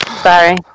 Sorry